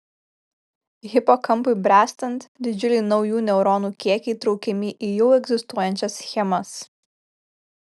hipokampui bręstant didžiuliai naujų neuronų kiekiai įtraukiami į jau egzistuojančias schemas